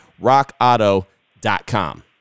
rockauto.com